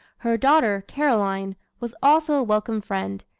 her daughter, caroline, was also a welcome friend,